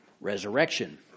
resurrection